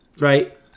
right